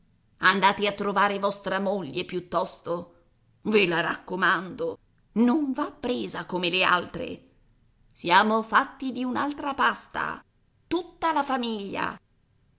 andate a trovare vostra moglie piuttosto ve la raccomando non va presa come le altre siamo fatti di un'altra pasta tutta la famiglia